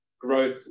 growth